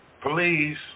please